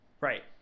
Right